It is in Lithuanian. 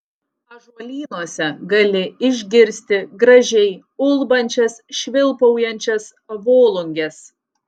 ąžuolynuose gali išgirsti gražiai ulbančias švilpaujančias volunges